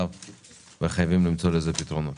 חייבים למצוא לזה פתרונות.